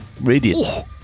Radiant